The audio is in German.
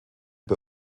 bei